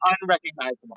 unrecognizable